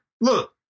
look